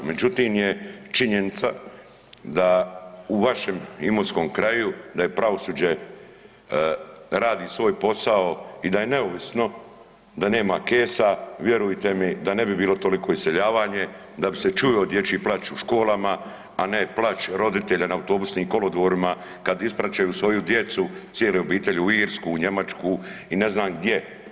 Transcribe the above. Međutim je činjenica da u vašem imotskom kraju da je pravosuđe, radi svoj posao i da je neovisno, da nema kesa, vjerujte mi da ne bi bilo toliko iseljavanje, da bi se čuo dječji plač u školama, a ne plač roditelja na autobusnim kolodvorima kad ispraćaju svoju djecu, cijele obitelji u Irsku, u Njemačku i ne znam gdje.